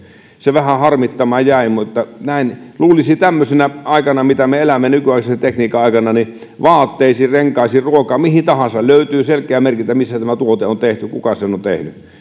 se vähän harmittamaan jäi näin luulisi että tämmöisenä aikana mitä me elämme nykyaikaisen tekniikan aikana vaatteisiin renkaisiin ruokaan mihin tahansa löytyisi selkeä merkintä missä tämä tuote on tehty ja kuka sen on tehnyt